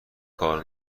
کار